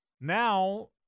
now